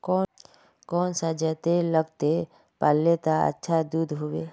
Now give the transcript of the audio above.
कौन सा जतेर लगते पाल्ले अच्छा दूध होवे?